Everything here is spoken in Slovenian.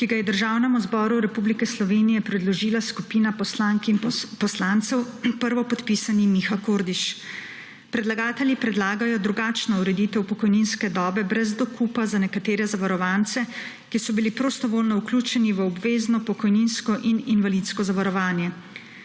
ki ga je Državnemu zboru Republike Slovenije predložila skupina poslank in poslancev s prvopodpisanim Mihom Kordišem. Predlagatelji predlagajo drugačno ureditev pokojninske dobe brez dokupa za nekatere zavarovance, ki so bili prostovoljno vključeni v obvezno pokojninsko in invalidsko zavarovanje.